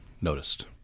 noticed